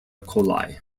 coli